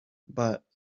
but